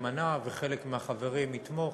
יימנעו וחלק מהחברים יתמכו,